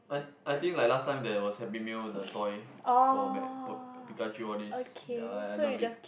and I think like last time there was happy meal the toy for mac Pikachu all these ya ya I love it